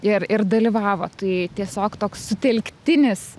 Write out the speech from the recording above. ir ir dalyvavo tai tiesiog toks sutelktinis